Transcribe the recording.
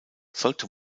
sollte